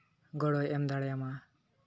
ᱜᱚᱲᱚᱭ ᱮᱢ ᱫᱟᱲᱮᱭᱟᱢᱟ